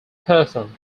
performed